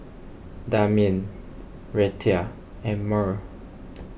Damian Reta and Murl